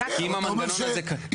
אם המנגנון הזה קיים --- אוקיי,